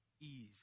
ease